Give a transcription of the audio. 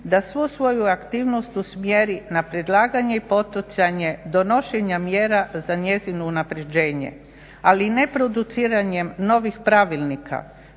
da svu svoju aktivnost usmjeri na predlaganje i poticanje donošenja mjera za njezino unapređenje, ali ne produciranjem novih pravilnika